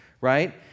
Right